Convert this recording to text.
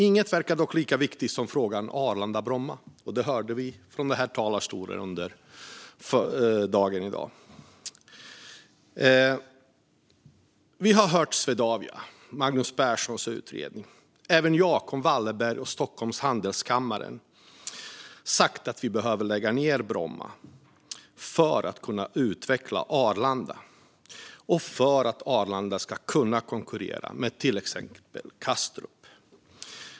Inget verkar dock lika viktigt som frågan om Arlanda och Bromma. Det har vi hört från den här talarstolen under dagen. Vi har hört om Swedavia och Magnus Perssons utredning. Även Jacob Wallenberg och Stockholms handelskammare har sagt att vi behöver lägga ned Bromma för att kunna utveckla Arlanda och för att Arlanda ska kunna konkurrera med till exempel Kastrup.